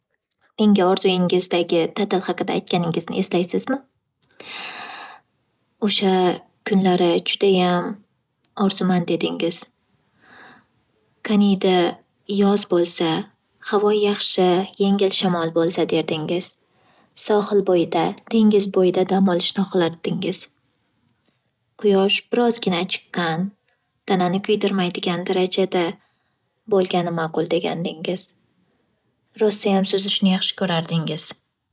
Menga orzuyingizdagi ta'til haqida aytganingizni eslaysizmi? O'sha kunlari judayam orzumand edingiz. Qaniydi yoz bo'lsa, havo yaxshi, yengil shamol bo'lsa derdingiz. Sohil bo'yida, dengiz bo'yida dam olishni xoxlardingiz. Quyosh birozgina chiqqan tanani kuydirmaydigan darajada bo'lgani ma'qul degandingiz. Rosayam suzishni yaxshi ko'rardingiz.